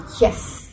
Yes